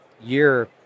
year